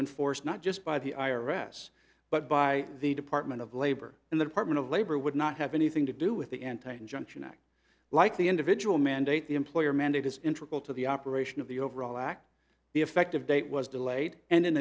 enforced not just by the i r s but by the department of labor and the department of labor would not have anything to do with the entitle junction act like the individual mandate the employer mandate is intricate to the operation of the overall act the effective date was delayed and in